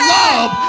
love